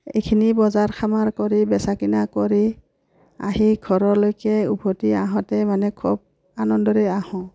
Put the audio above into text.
এইখিনি বজাৰ সমাৰ কৰি বেচা কিনা কৰি আহি ঘৰলৈকে উভতি আহোঁতে মানে খুব আনন্দৰেই আহোঁ